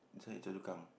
this one at Choa-Chu-Kang